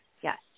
yes